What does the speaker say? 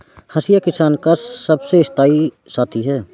हंसिया किसान का सबसे स्थाई साथी है